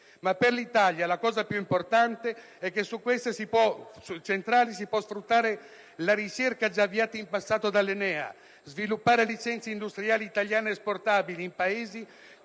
Ma per l'Italia la cosa più importante è che per queste centrali si può sfruttare la ricerca già avviata in passato dall'Enea e sviluppare licenze industriali italiane esportabili in Paesi